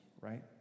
right